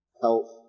health